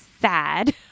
sad